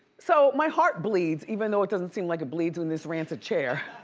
so my heart bleeds, even though it doesn't seem like it bleeds in this rancid chair.